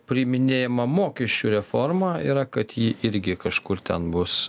priiminėjamą mokesčių reformą yra kad ji irgi kažkur ten bus